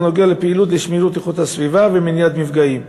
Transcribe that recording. הנוגע לפעילות לשמירת איכות הסביבה ומניעת מפגעים,